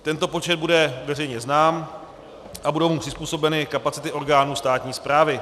Tento počet bude veřejně znám a budou mu přizpůsobeny kapacity orgánů státní správy.